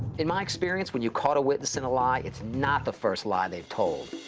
in my experience, when you caught a witness in a lie, it's not the first lie they've told.